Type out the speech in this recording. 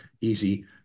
easy